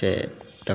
से तक